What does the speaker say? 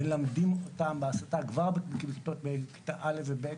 מלמדים אותם הסתה כבר בכיתות א' וב'.